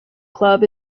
club